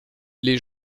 les